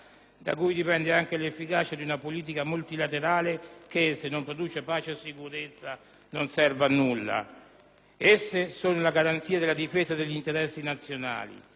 Esse sono la garanzia della difesa degli interessi nazionali, in quanto la stabilizzazione di aree pur apparentemente remote geograficamente